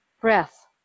Breath